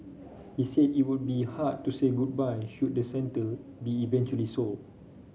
he said it would be hard to say goodbye should the centre be eventually sold